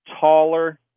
taller